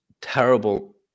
terrible